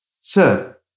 Sir